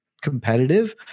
competitive